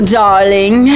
darling